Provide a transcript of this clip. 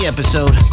episode